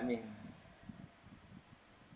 I mean